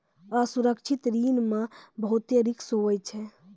असुरक्षित ऋण मे बहुते रिस्क हुवै छै